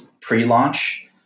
pre-launch